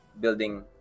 building